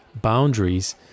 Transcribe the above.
boundaries